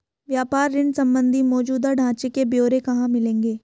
व्यापार ऋण संबंधी मौजूदा ढांचे के ब्यौरे कहाँ मिलेंगे?